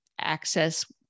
access